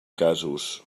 casos